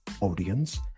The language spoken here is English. audience